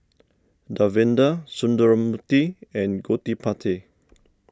Davinder Sundramoorthy and Gottipati